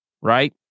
right